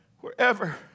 wherever